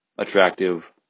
Attractive